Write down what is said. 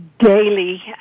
Daily